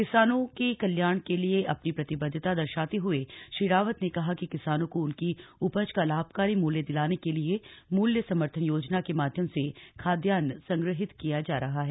किसानों के कल्याण के लिए अपनी प्रतिबद्वता दर्शाते हुए श्री रावत ने कहा कि किसानों को उनकी उपज का लाभकारी मूल्य दिलाने के लिए मूल्य समर्थन योजना के माध्यम से खाद्यान्न संग्रहित किया जा रहा है